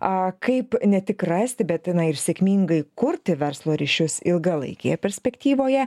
a kaip ne tik rasti bet na ir sėkmingai kurti verslo ryšius ilgalaikėje perspektyvoje